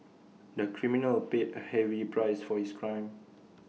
the criminal paid A heavy price for his crime